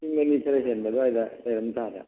ꯂꯤꯁꯤꯡ ꯑꯅꯤ ꯈꯔ ꯍꯦꯟꯕ ꯑꯗꯨꯋꯥꯏꯗ ꯂꯩꯔꯝꯇꯥꯔꯦ